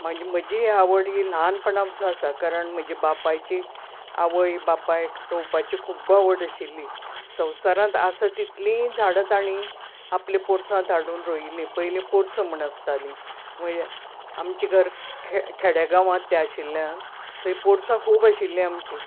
म्हजी ही आवड ही ल्हानपणां पासून आसा कारण म्हज्या बापायची म्हज्या आवय बापायक रोंवपाची खूब्ब आवड आशिल्ली संवसारात आसा तितलीय झाडां तांणी आपल्या पोरसांत हाडून रोयिल्लीं पयली पोरसूं म्हणून आसतालीं आमचें घर खेडेगांवात ते आशिल्यान थंय पोरसां खूब आशिल्ली आमचीं